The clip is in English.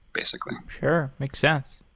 basically. sure. makes sense.